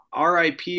RIP